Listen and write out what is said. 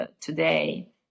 today